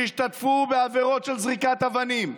שהשתתפו בעבירות של זריקת אבנים,